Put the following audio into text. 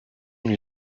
une